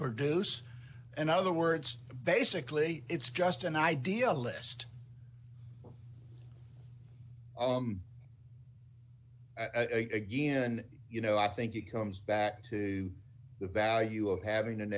produce and other words basically it's just an idealist again you know i think it comes back to the value of having an